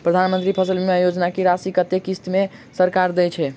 प्रधानमंत्री फसल बीमा योजना की राशि कत्ते किस्त मे सरकार देय छै?